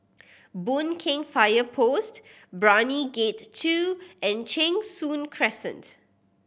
Boon Keng Fire Post Brani Gate Two and Cheng Soon Crescent